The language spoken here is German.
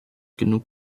genug